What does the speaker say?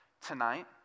tonight